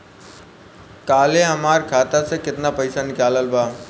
काल्हे हमार खाता से केतना पैसा निकलल बा?